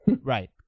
Right